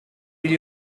gli